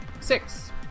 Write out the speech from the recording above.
Six